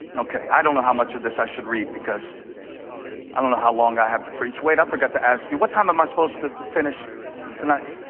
i don't know how much of this i should read, because i don't know how long i have to preach. wait, i forgot to ask you. what time am i supposed to finish tonight?